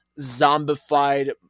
zombified